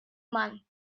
month